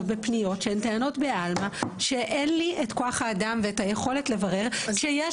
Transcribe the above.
בפניות שהן טענות בעלמא שאין לי את כוח האדם ואת היכולת לברר כשיש